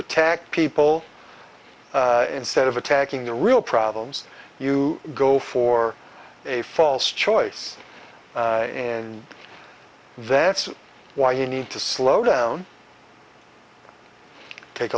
attack people instead of attacking the real problems you go for a false choice and that's why you need to slow down take